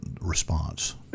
response